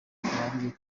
bitabiriye